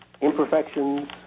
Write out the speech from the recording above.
imperfections